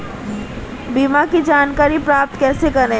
बीमा की जानकारी प्राप्त कैसे करें?